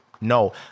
No